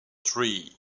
three